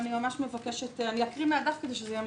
אני אקריא מהדף כדי שזה יהיה מהיר.